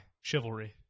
Chivalry